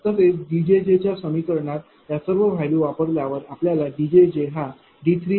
तसेच D च्या समीकरणात या सर्व व्हॅल्यू वापरल्यावर आपल्या D हा D3 0